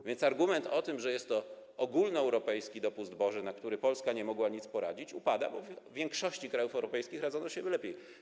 A więc argument dotyczący tego, że jest to ogólnoeuropejski dopust boży, na który Polska nie mogła nic poradzić, upada, bo w większości krajów europejskich radzono sobie lepiej.